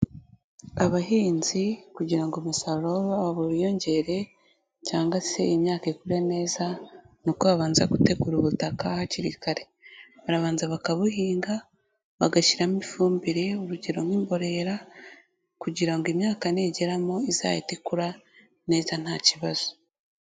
Abahinzi kugira umusaruro wabo wiyongere cyangwa se imyaka ikure neza n'uko babanza gutegura ubutaka hakiri kare. Barabanza bakabuhinga, bagashyiramo ifumbire urugero nk'imborera kugira ngo imyaka nigeramo izahite ikura neza nta kibazo.